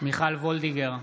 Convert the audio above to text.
מיכל מרים וולדיגר,